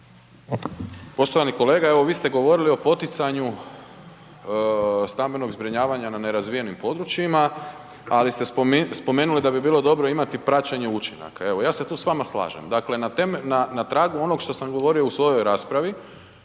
Poštovani kolega, evo vi ste govorili o poticanju stambenog zbrinjavanja na nerazvijenim područjima, ali ste spomenuli da bi bilo dobro imati praćenje učinaka, evo, ja se tu s vama slažem. Dakle, na tragu onog što sam govorio u svojoj raspravi,